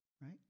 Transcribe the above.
right